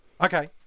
Okay